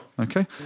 okay